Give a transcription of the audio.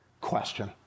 question